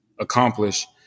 accomplish